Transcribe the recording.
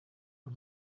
the